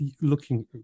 looking